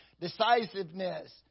decisiveness